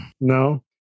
No